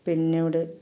പിന്നീട്